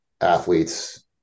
athletes